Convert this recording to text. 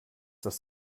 das